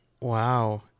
Wow